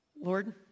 Lord